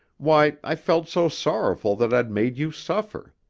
why, i felt so sorrowful that i'd made you suffer.